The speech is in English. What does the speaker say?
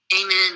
Amen